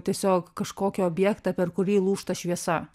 tiesiog kažkokį objektą per kurį lūžta šviesa